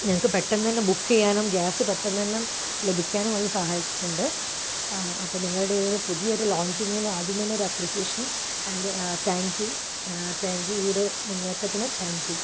ഞങ്ങൾക്ക് പെട്ടെന്ന് തന്നെ ബുക്ക് ചെയ്യാനും ഗ്യാസ് പെട്ടെന്ന് തന്നെ ലഭിക്കാനും അത് സഹായിച്ചിട്ടുണ്ട് ആ അപ്പം നിങ്ങളുടെ ഒരു പുതിയൊരു ലോഞ്ചിങ്ങിന് ആദ്യം തന്നെ ഒരു appreciation and thank you thank you ഈ ഒരു മുന്നേറ്റത്തിന് താങ്ക് യൂ